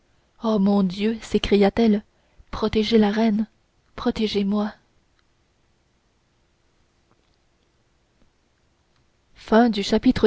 oh mon dieu mon dieu murmura la reine dont